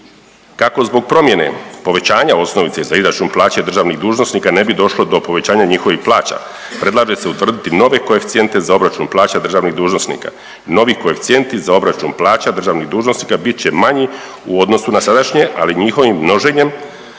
Kako zbog promjene povećanja osnovice za izračun plaće državnih dužnosnika ne bi došlo do povećanja njihovih plaća, predlaže se utvrditi nove koeficijente za obračun plaća državnih dužnosnika, novi koeficijenti za obračun plaća državnih dužnosnika bit će manji u odnosu na sadašnje, ali njihovim množenjem